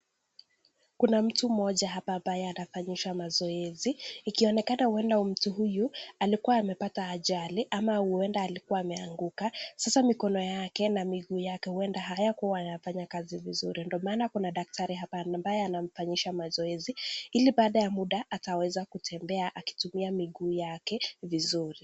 Kuna mtu mmoja hapa ambaye anafanyishwa mazoezi, ikionekana huenda mtu huyu, alikuwa amepata ajali, ama huenda alikuwa ameanguka, sasa huenda miguu yake na mikono yake, hayakuwa yanafanya kazi vizuri, ndio maana kuna daktari hapa ambaye anamfanyisha mazoezi, ili baada ya muda ataweza kutembea akitumia miguu yake vizuri.